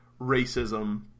racism